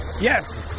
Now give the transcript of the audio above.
Yes